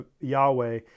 Yahweh